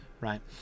right